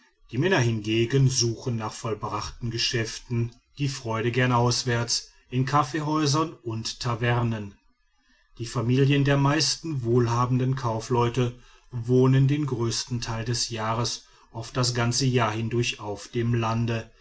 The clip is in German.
die männer hingegen suchen nach vollbrachten geschäften die freude gern auswärts in kaffeehäusern und tavernen die familien der meisten wohlhabenden kaufleute wohnen den größten teil des jahres oft das ganze jahr hindurch auf dem lande